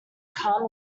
calm